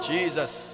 Jesus